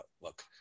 look